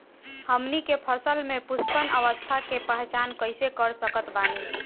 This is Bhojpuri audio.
हमनी के फसल में पुष्पन अवस्था के पहचान कइसे कर सकत बानी?